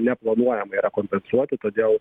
neplanuojama kompensuoti todėl